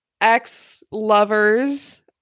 ex-lovers